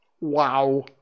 Wow